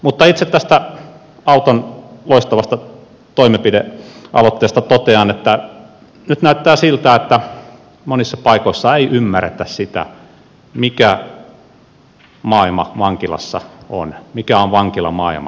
mutta itse tästä auton loistavasta aloitteesta totean että nyt näyttää siltä että monissa paikoissa ei ymmärretä sitä mikä maailma vankilassa on mikä on vankilamaailma